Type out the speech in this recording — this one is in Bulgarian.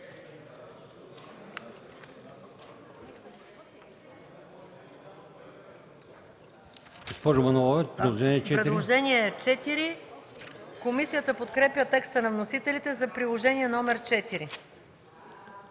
Приложение № 4. Комисията подкрепя текста на вносителите за Приложение № 4.